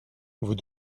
vous